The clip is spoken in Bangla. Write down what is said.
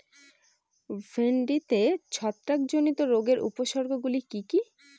ভিন্ডিতে ছত্রাক জনিত রোগের উপসর্গ গুলি কি কী?